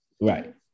Right